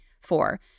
four